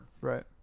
Right